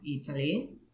Italy